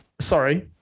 sorry